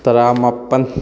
ꯇꯔꯥ ꯃꯥꯄꯜ